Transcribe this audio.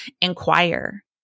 inquire